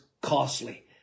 costly